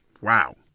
Wow